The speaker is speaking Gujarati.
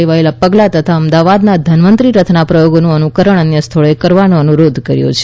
લેવાયેલા પગલાં તથા અમદાવાદના ધન્વંતરી રથના પ્રયોગોનું અનુકરણ અન્ય સ્થળોએ કરવાનો અનુરોધ કર્યો છે